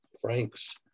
Frank's